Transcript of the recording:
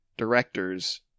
directors